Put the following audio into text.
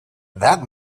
that